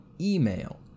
email